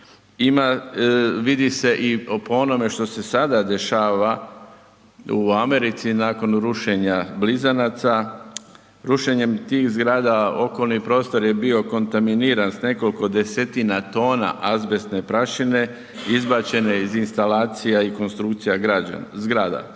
ima, vidi se i po onome što se sada dešava u Americi nakon rušenja Blizanaca. Rušenjem tih zgrada, okolni prostor je bio kontaminiran s nekoliko desetina tona azbestne prašine izbačene iz instalacija i konstrukcije zgrada.